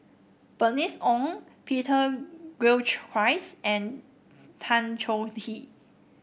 Bernice Ong Peter Gilchrist and Tan Choh Tee